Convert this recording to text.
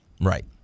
right